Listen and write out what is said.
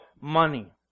money